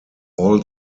all